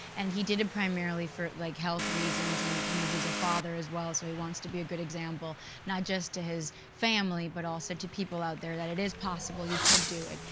and he did it primarily for like health reasons. and you know he's a father as well, so he wants to be a good example not just to his family, but also to people out there that it is possible, you could do it.